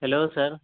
hello sir